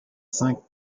cinq